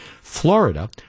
Florida